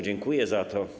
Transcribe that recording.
Dziękuję za to.